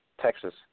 Texas